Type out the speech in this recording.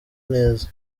neza